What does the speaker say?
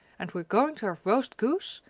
and we're going to have roast goose,